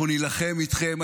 אנחנו נילחם איתכם.